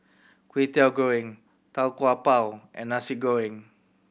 Kway Teow Goreng Tau Kwa Pau and Nasi Goreng